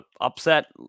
upset